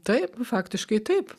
taip faktiškai taip